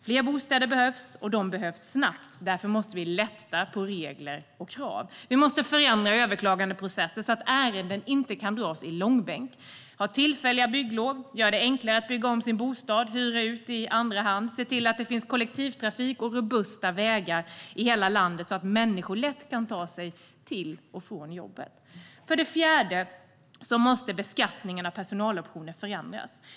Fler bostäder behövs, och de behövs snabbt. Därför måste vi lätta på regler och krav. Vi måste förändra överklagandeprocessen så att ärenden inte kan dras i långbänk, ha tillfälliga bygglov, göra det enklare att bygga om sin bostad och hyra ut i andra hand och se till att det finns kollektivtrafik och robusta vägar i hela landet så att människor lätt kan ta sig till och från jobbet. För det fjärde måste beskattningen av personaloptioner förändras.